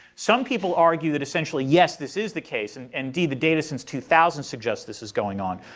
some people argue that essentially, yes, this is the case and indeed the data since two thousand suggests this is going on.